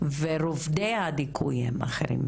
ורובדי הדיכוי הם אחרים.